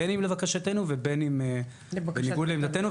בין אם לבקשתנו ובין אם בניגוד לעמדתנו.